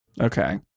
Okay